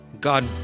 God